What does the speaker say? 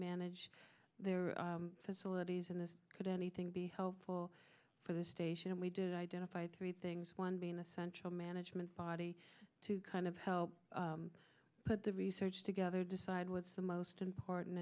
manage their facilities and this could anything be helpful for the station and we did identify three things one being the central management body to kind of help put the research together decide what's the most important